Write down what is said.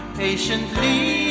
patiently